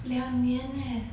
两年 eh